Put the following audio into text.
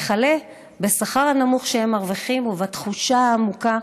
וכלה בשכר הנמוך שהם מרוויחים ובתחושה העמוקה